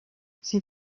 sie